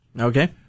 Okay